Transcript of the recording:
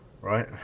right